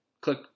click